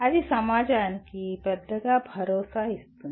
అది సమాజానికి పెద్దగా భరోసా ఇస్తుంది